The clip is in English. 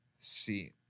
see